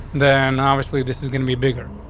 then obviously, this is gonna be bigger.